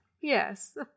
Yes